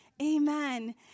Amen